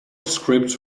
scripts